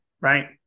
right